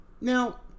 Now